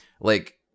like-